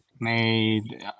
made